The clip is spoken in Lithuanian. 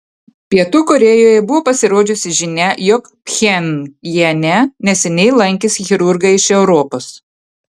pietų korėjoje buvo pasirodžiusi žinia jog pchenjane neseniai lankėsi chirurgai iš europos